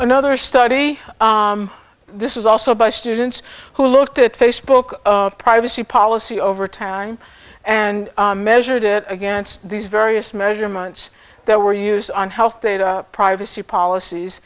another study this is also by students who looked at facebook privacy policy over time and measured it against these various measurements that were used on health data privacy policies